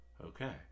Okay